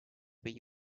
were